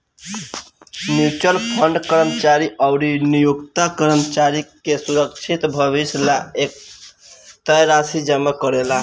mutual fund कर्मचारी अउरी नियोक्ता कर्मचारी के सुरक्षित भविष्य ला एक तय राशि जमा करेला